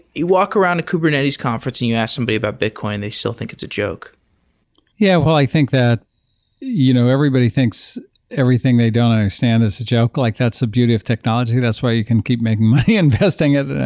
you walk around the kubernetes conference and you ask somebody about bitcoin, they still think it's a joke yeah. well, i think that you know everybody thinks everything they don't understand is a joke. like that's the beauty of technology, that's why you can keep making money, investing it.